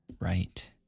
right